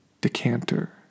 Decanter